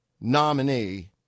nominee